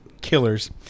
killers